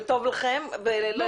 טוב לכם ולהתנגד כשזה לא מתאים לכם.